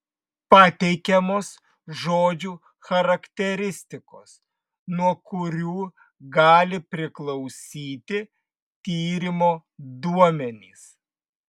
pateikiamos žodžių charakteristikos nuo kurių gali priklausyti tyrimo duomenys